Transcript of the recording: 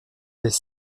les